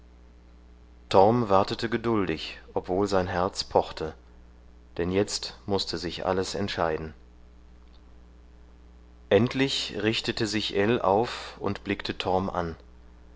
wartete geduldig obwohl sein herz pochte denn jetzt mußte sich alles entscheiden endlich richtete sich ill auf und blickte torm an